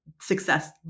success